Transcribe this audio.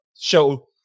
show